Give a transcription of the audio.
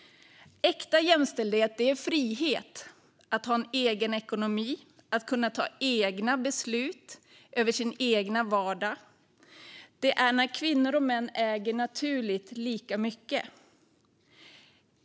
Äkta jämställdhet är frihet att ha en egen ekonomi och att kunna fatta egna beslut över sin egen vardag. Det är när kvinnor och män naturligt äger lika mycket.